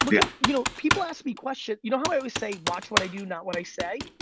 yeah you know people ask me questions. you know how i always say, watch what i do, not what i say?